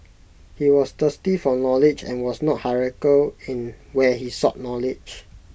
he was thirsty for knowledge and was not hierarchical in where he sought knowledge